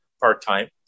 part-time